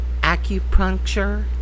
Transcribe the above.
acupuncture